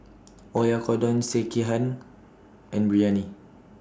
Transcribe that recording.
Oyakodon Sekihan and Biryani